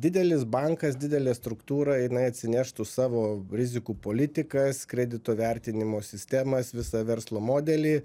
didelis bankas didelė struktūra jinai atsineštų savo rizikų politikas kredito vertinimo sistemas visą verslo modelį